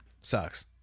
sucks